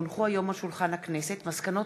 כי הונחו היום על שולחן הכנסת מסקנות